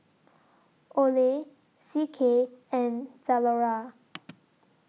Olay C K and Zalora